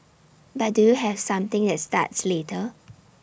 but do you have something that starts later